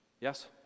Yes